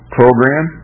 program